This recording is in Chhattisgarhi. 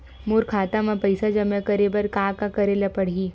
मोर खाता म पईसा जमा करे बर का का करे ल पड़हि?